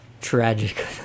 Tragic